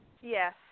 Yes